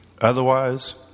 Otherwise